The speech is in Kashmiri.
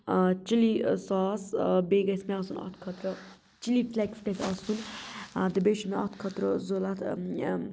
ٲں چِلِی ساس بیٚیہِ گَژِھ مےٚ آسُن اَتھ خٲطرٕ چلِی فٕلیٚکٕس گَژِھ آسُن تہٕ بیٚیہِ چھِ مےٚ اَتھ خٲطرٕ ضرورَت